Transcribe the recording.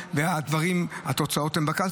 מאות איש